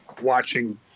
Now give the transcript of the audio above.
watching